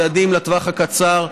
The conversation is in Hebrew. צעדים לטווח הקצר,